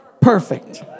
perfect